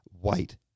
white